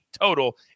total